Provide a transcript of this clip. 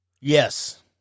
Yes